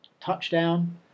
Touchdown